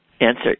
Answer